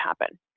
happen